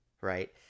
right